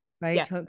right